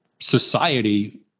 society